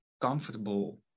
comfortable